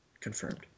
confirmed